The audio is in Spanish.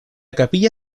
capilla